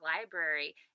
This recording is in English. Library